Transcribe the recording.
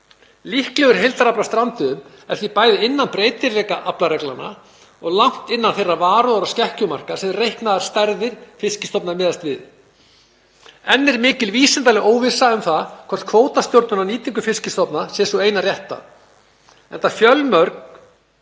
Líklegur heildarafli á strandveiðum er því bæði innan breytileika aflareglnanna og langt innan þeirra varúðar- og skekkjumarka sem reiknaðar stærðir fiskstofna miðast við. Enn er mikil vísindaleg óvissa um það hvort kvótastjórnun á nýtingu fiskstofna sé sú eina rétta, enda fjölmörg